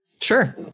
Sure